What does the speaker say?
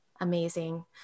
Amazing